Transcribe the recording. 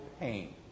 pain